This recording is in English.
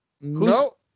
No